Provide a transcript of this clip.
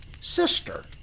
sister